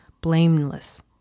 blameless